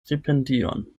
stipendion